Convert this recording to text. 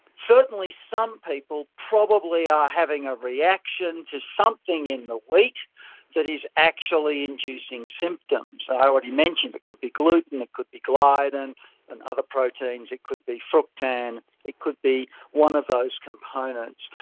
certainly some people probably are having a reaction to something in the wheat that is actually inducing symptoms. i already mentioned it but could be gluten, it could be gliadin and and other proteins, it could be fructan, it could be one of those components.